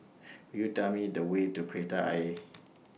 Could YOU Tell Me The Way to Kreta Ayer